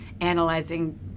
analyzing